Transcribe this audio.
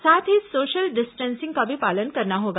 साथ ही social distancing का भी पालन करना होगा